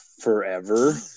forever